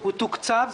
הוא תוקצב,